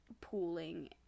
pooling